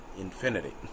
infinity